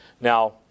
Now